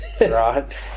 Right